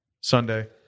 Sunday